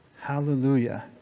hallelujah